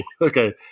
Okay